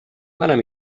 منم